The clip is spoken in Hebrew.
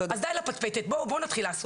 אז די לפטפטת, בואו נתחיל לעשות.